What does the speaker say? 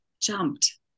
jumped